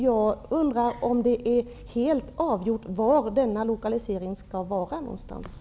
Jag undrar om det är helt avgjort var denna lokalisering skall ske.